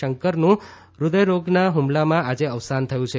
શંકરનું હૃદયરોગના હુમલામાં આજે અવસાન થયું છે